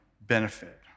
benefit